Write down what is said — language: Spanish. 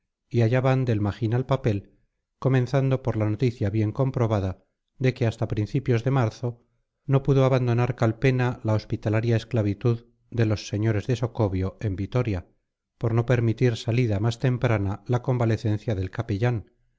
y allá van del magín al papel comenzando por la noticia bien comprobada de que hasta principios de marzo no pudo abandonar calpena la hospitalaria esclavitud de los señores de socobio en vitoria por no permitir salida más temprana la convalecencia del capellán